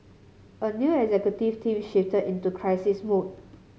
a new executive team shifted into crisis mode